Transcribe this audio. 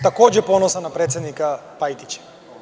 Takođe ponosan na predsednika Pajtića.